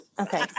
okay